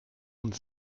und